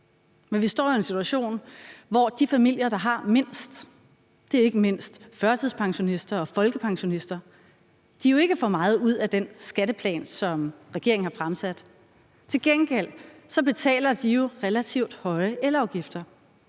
men vi står i en situation, hvor de familier, der har mindst – det er ikke mindst førtidspensionister og folkepensionister – jo ikke får meget ud af den skatteplan, som regeringen har fremsat. Til gengæld betaler de jo relativt høje elafgifter